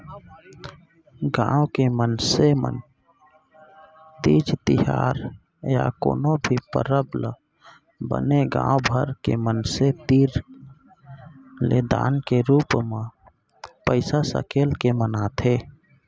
गाँव के मनसे मन तीज तिहार या कोनो भी परब ल बने गाँव भर के मनसे तीर ले दान के रूप म पइसा सकेल के मनाथे